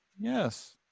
Yes